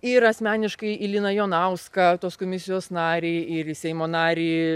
ir asmeniškai į liną jonauską tos komisijos narį ir į seimo narį